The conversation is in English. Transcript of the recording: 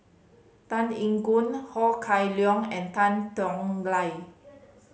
Tan Eng Yoon Ho Kah Leong and Tan Tong Hye